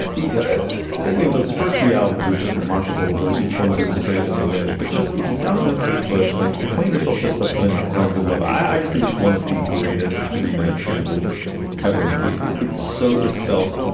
yeah you know, those first three albums are just remarkable. they're each one of them is great in their way. but just if you don't know kate bush, like acquaint yourself just by putting on hounds of love. i just think it's one of the greatest three minute singles ever made. it's it's so itself.